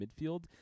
midfield